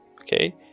okay